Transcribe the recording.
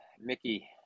Mickey